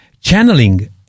channeling